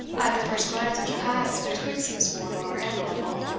at the first glance which passed betwixt miss wardour and lovel,